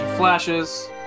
flashes